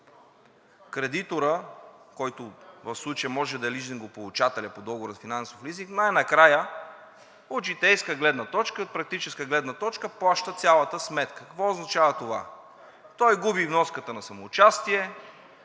кредиторът, който в случая може да е лизингополучателят по договора за финансов лизинг, най-накрая – от житейска гледна точка, практическа гледна точка, плаща цялата сметка. Какво означава това? Той губи вноската на самоучастие,